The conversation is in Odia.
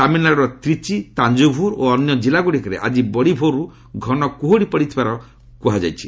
ତାମିଲନାଡୁର ତ୍ରିଚି ତାଞ୍ଜୁଭୁର୍ ଓ ଅନ୍ୟ ଜିଲ୍ଲାଗୁଡ଼ିକରେ ଆଜି ବଡିଭୋର୍ରୁ ଘନ କୁହୁଡି ପଡିଥିବାର କୁହାଯାଇଛି